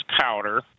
powder